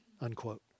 unquote